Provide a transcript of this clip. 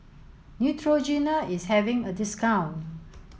Neutrogena is having a discount